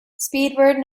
speedbird